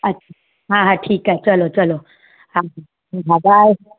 अच्छा हा हा ठीकु आहे चलो चलो हा हा बाए